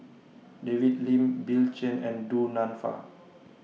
David Lim Bill Chen and Du Nanfa